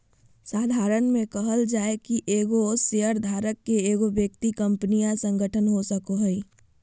साधारण में कहल जाय कि एगो शेयरधारक के एगो व्यक्ति कंपनी या संगठन हो सको हइ